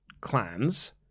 Clans